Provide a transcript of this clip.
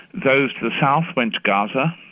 those to the south went to gaza,